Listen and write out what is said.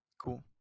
Cool